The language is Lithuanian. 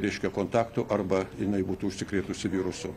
reiškia kontaktų arba jinai būtų užsikrėtusi virusu